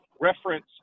reference